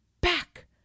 Back